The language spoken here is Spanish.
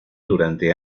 durante